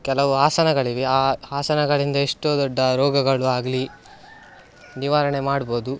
ಕೆಲವು ಆಸನಗಳಿವೆ ಆ ಆಸನಗಳಿಂದ ಎಷ್ಟೋ ದೊಡ್ಡ ರೋಗಗಳು ಆಗಲಿ ನಿವಾರಣೆ ಮಾಡ್ಬೋದು